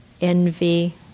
Envy